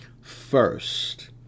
first